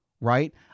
right